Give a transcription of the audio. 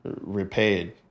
repaid